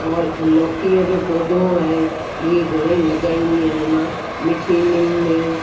all लॉकीअ जो पौधो आहे इहे घणेई लॻाईंदी आहियां मां मिठी निम में